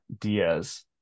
Diaz